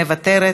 מוותרת,